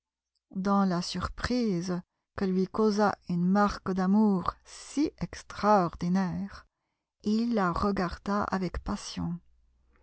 dans la surprise que lui causa une marque d'amour si extraordinaire il la regarda avec passion